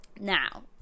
Now